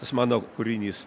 tas mano kūrinys